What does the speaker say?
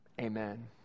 Amen